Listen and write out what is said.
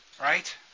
right